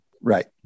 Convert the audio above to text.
right